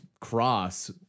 Cross